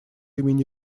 имени